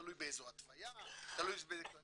תלוי באיזו התוויה, תלוי בכללים